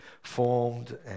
formed